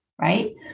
right